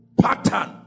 pattern